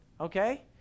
okay